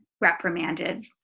reprimanded